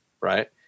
right